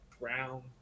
brown